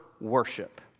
worship